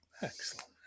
excellent